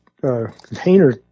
container